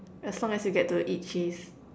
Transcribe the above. as long as you get to eat cheese